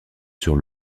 sur